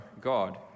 God